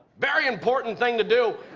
very important thing to do.